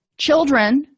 Children